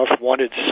wanted